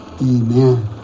Amen